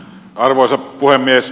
arvoisa puhemies